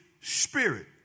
spirit